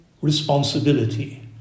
responsibility